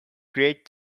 great